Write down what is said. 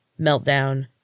meltdown